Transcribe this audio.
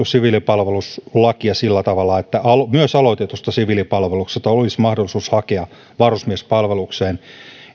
siviilipalveluslakia sillä tavalla että myös aloitetusta siviilipalveluksesta olisi mahdollisuus hakea varusmiespalvelukseen